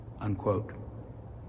unquote